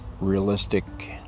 realistic